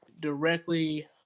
directly